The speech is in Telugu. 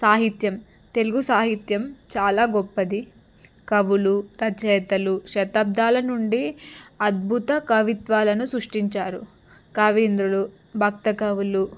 సాహిత్యం తెలుగు సాహిత్యం చాలా గొప్పది కవులు రచయితలు శతాబ్దాల నుండి అద్భుత కవిత్వాలను సృష్టించారు కవీంద్రులు భక్త కవులు